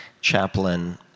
Chaplain